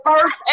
first